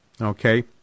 Okay